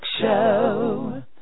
Show